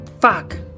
Fuck